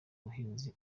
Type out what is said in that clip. ubuhinzi